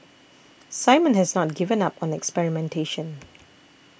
Simon has not given up on experimentation